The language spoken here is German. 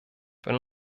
wenn